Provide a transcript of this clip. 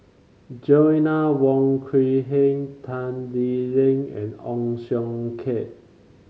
Joanna Wong Quee Heng Tan Lee Leng and Ong Siong Kai